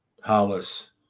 Hollis